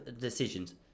decisions